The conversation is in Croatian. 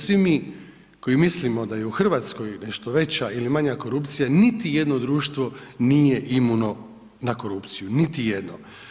Svi mi koji mislimo da je u Hrvatskoj nešto veća ili manja korupcija, niti jedno društvo nije Imunološki zavod na korupciju, niti jedno.